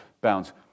bounds